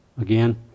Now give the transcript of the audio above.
Again